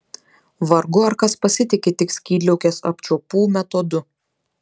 vargu ar kas pasitiki tik skydliaukės apčiuopų metodu